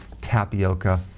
tapioca